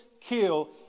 kill